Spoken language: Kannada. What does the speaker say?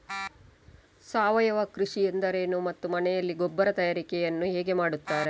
ಸಾವಯವ ಕೃಷಿ ಎಂದರೇನು ಮತ್ತು ಮನೆಯಲ್ಲಿ ಗೊಬ್ಬರ ತಯಾರಿಕೆ ಯನ್ನು ಹೇಗೆ ಮಾಡುತ್ತಾರೆ?